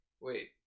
Wait